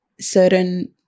certain